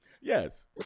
Yes